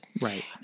Right